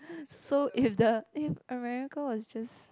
so if the if America was just